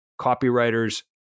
copywriter's